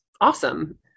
awesome